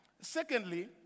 Secondly